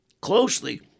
closely